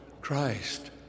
Christ